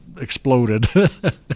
exploded